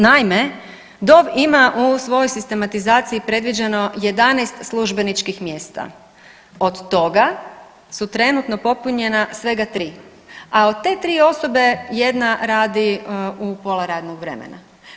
Naime, DOV ima u svojoj sistematizaciji predviđeno 11 službeničkih mjesta, od toga su trenutno popunjena svega 3, a od te 3 osobe jedna radi u pola radnog vremena.